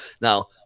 Now